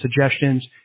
suggestions